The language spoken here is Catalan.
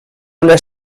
una